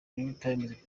newtimes